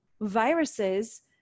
viruses